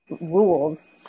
rules